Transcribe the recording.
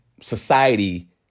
Society